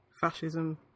fascism